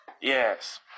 Yes